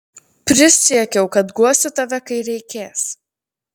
prisiekiau kad guosiu tave kai reikės